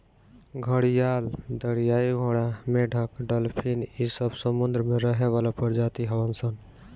घड़ियाल, दरियाई घोड़ा, मेंढक डालफिन इ सब समुंद्र में रहे वाला प्रजाति हवन सन